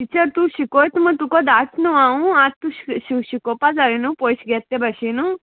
teacher तूं शिकोयत म्हूण तुका दाट न्हू हांव आज तूं शिकोवपा जाय न्हू पयशे घेत ते भाशेन